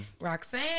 Roxanne